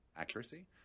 accuracy